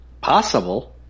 Possible